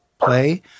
play